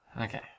Okay